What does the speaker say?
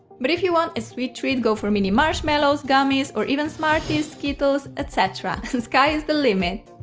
but if you want a sweet treat go for mini marshmallows, gummies, or even smarties, skittles etc. sky is the limit!